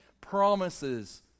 promises